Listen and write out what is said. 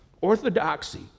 orthodoxy